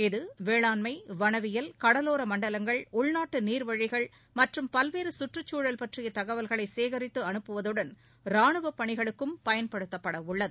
இது வேளாண்மை வனவியல் கடலோர மண்டலங்கள் உள்நாட்டு நீர்வழிகள் மற்றும் பல்வேறு சுற்றுச்சூழல் பற்றிய தகவல்களை சேகரித்து அனுப்புவதுடன் ரானுவ பணிகளுக்கும் பயன்படுத்தப்பட உள்ளது